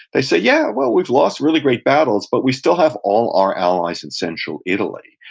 they say, yeah, well, we've lost really great battles, but we still have all our allies in central italy.